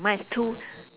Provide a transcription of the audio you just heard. mine is two